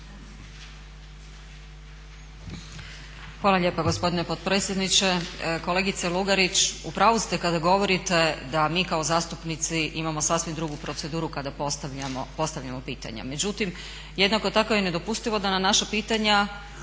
Hvala lijepa gospodine potpredsjedniče. Kolegice Lugarić upravu ste kada govorite da mi kao zastupnici imamo sasvim drugu proceduru kada postavljamo pitanja. Međutim, jednako tako je nedopustivo da na naša pitanja